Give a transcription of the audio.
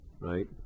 right